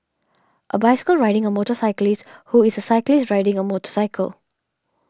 a bicycle riding a motorcyclist who is a cyclist riding a motorcycle